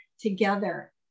Together